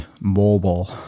mobile